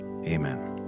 Amen